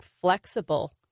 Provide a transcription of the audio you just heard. flexible